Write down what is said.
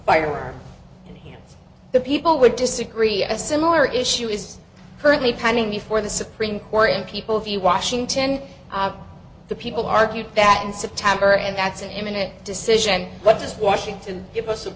here the people would disagree a similar issue is currently pending before the supreme court and people view washington the people argue that in september and that's an imminent decision what does washington give us